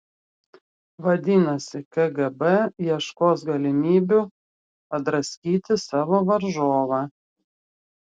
vadinasi kgb ieškos galimybių padraskyti savo varžovą